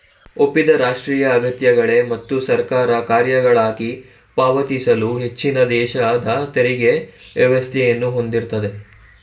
ಒಪ್ಪಿದ ರಾಷ್ಟ್ರೀಯ ಅಗತ್ಯಗಳ್ಗೆ ಮತ್ತು ಸರ್ಕಾರದ ಕಾರ್ಯಗಳ್ಗಾಗಿ ಪಾವತಿಸಲು ಹೆಚ್ಚಿನದೇಶದ ತೆರಿಗೆ ವ್ಯವಸ್ಥೆಯನ್ನ ಹೊಂದಿದೆ